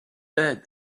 bad